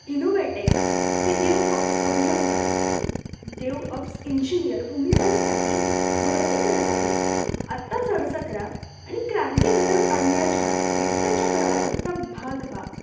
InnovateX हे DevOps अभियंता DevOps engineer भूमिकांसाठी भरती करत आहे आत्ताच अर्ज करा आणि क्रांती घडवून आणण्याच्या वित्ताच्या प्रवासाचा भाग व्हा